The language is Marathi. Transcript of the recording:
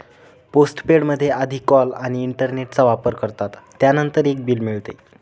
पोस्टपेड मध्ये आधी कॉल आणि इंटरनेटचा वापर करतात, त्यानंतर एक बिल मिळते